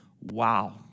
wow